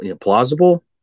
plausible